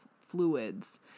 fluids